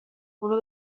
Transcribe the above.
اونو